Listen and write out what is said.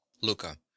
Luca